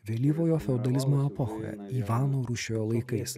vėlyvojo feodalizmo epochoje ivano rūsčiojo laikais